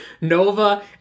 Nova